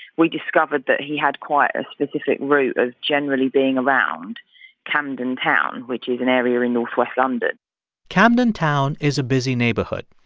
we discovered that he had quite a specific route of generally being around camden town, which is an area in northwest london camden town is a busy neighborhood.